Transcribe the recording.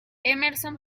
emerson